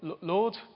Lord